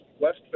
west